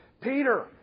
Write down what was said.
Peter